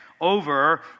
over